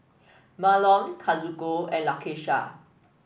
Marlon Kazuko and Lakesha